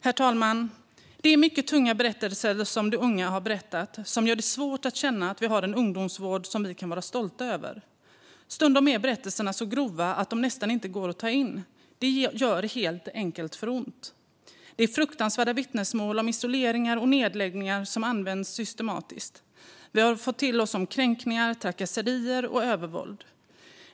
Herr talman! Det är mycket tunga berättelser som de unga har berättat, som gör det svårt att känna att vi har en ungdomsvård som vi kan vara stolta över. Stundom är berättelserna så grova att de nästan inte går att ta in. Det gör helt enkelt för ont. Det är fruktansvärda vittnesmål om isoleringar och nedläggningar som använts systematiskt. Vi har fått till oss berättelser om kränkningar, trakasserier och övervåld.